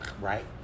right